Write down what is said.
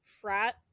frat